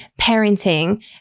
parenting